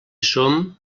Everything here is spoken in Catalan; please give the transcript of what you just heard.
som